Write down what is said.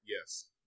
Yes